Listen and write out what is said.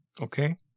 okay